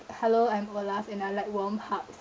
hello I'm olaf and I like warm hugs